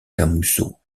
camusot